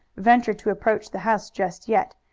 venture to approach the house just yet,